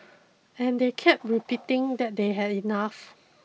and they kept repeating that they had enough